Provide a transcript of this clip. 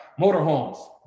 Motorhomes